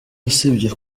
usibye